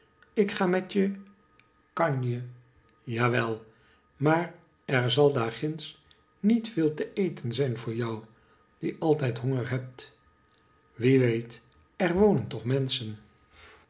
ik ga met je kanje jawel maar er zal daar ginds niet veel te eten zijn voor jou die altijd honger hebt wie weet er wonen toch menschen